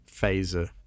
Phaser